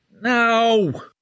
no